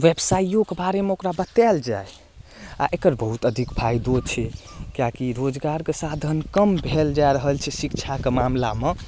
व्यवसायोके बारेमे ओकरा बतायल जाए आ एकर बहुत अधिक फायदो छै किएकि रोजगारके साधन कम भेल जा रहल छै शिक्षाके मामला मे